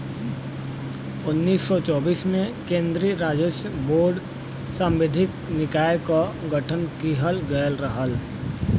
उन्नीस सौ चौबीस में केन्द्रीय राजस्व बोर्ड सांविधिक निकाय क गठन किहल गयल रहल